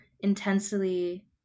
intensely